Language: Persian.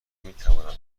میتوانم